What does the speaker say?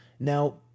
Now